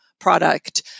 product